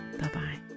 Bye-bye